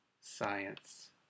science